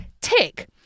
tick